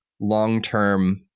long-term